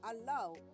Allow